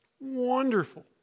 wonderful